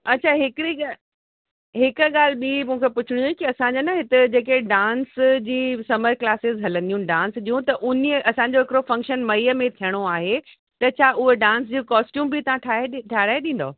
अच्छा हिकिड़ी ॻ हिक ॻाल्हि ॿी मूंखे पुछिणी हुई कि असांजा न हिते जेके डांस जी समर क्लासिस हलंदियूं डांस जूं त उन्हीअ असांजो हिकिड़ो फ़ंक्शन मईअ में थियणो आहे त छा उहे डांस जूं कॉस्ट्यूम बि तव्हां ठाहे ठाहिराए ॾींदौ